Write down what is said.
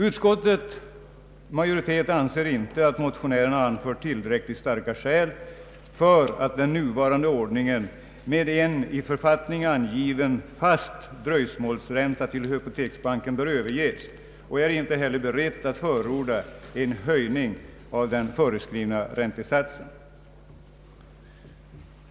Utskottets majoritet anser inte att motionärerna har anfört tillräckligt starka skäl för att den nuvarande ordningen med en i författning angiven fast dröjsmålsränta till hypoteksbanken bör överges och är inte heller berett att förorda en höjning av den föreskrivna räntesatsen.